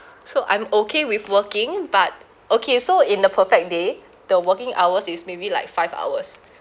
so I'm okay with working but okay so in the perfect day the working hours is maybe like five hours